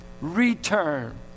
return